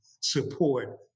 support